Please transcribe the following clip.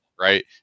right